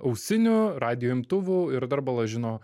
ausinių radijo imtuvų ir dar bala žino